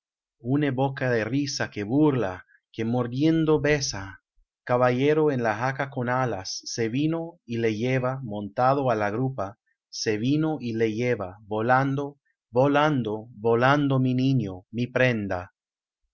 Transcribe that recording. une boca de risa que burla que mordiendo besa caballero en la jaca con alas se vino y le lleva montado á la grupa se vino y le lleva volando volando volando mi niño mi prenda